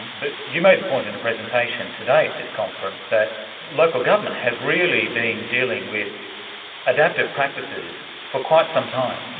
but you made the point in the presentation today at this conference, that local government has really been dealing with adaptive practices for quite some time.